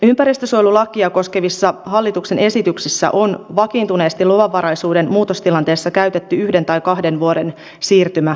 ympäristönsuojelulakia koskevissa hallituksen esityksissä on vakiintuneesti luvanvaraisuuden muutostilanteessa käytetty yhden tai kahden vuoden siirtymäaikoja